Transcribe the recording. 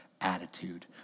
attitude